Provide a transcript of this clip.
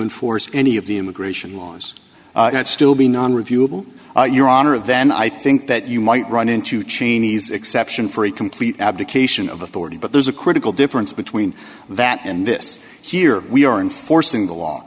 enforce any of the immigration laws and still be non reviewable your honor then i think that you might run into cheney's exception for a complete abdication of authority but there's a critical difference between that and this here we are enforcing the law